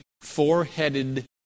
four-headed